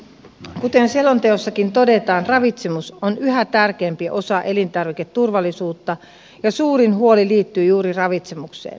kuten selonteossakin todetaan ravitsemus on yhä tärkeämpi osa elintarviketurvallisuutta ja suurin huoli liittyy juuri ravitsemukseen